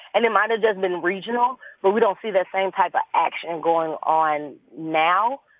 and it might have just been regional. but we don't see that same type of action going on now.